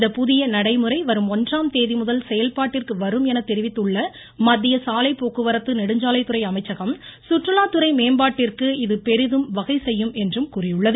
இந்த புதிய நடைமுறை வரும் ஒன்றாம்தேதிமுதல் செயல்பாட்டிற்கு வரும் என தெரிவித்துள்ள மத்திய சாலை போக்குவரத்து நெடுஞ்சாலைத்துறை அமைச்சகம் சுற்றுலா துறை மேம்பாட்டிற்கு இது பெரிதும் வகை செய்யும் என்றும் கூறியுள்ளது